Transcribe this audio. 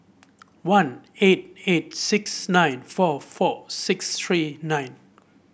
one eight eight six nine four four six three nine